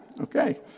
Okay